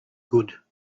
good